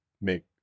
make